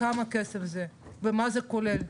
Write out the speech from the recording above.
כמה כסף זה ומה זה כולל,